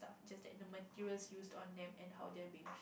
just that the material used on them and how they are being